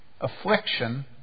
affliction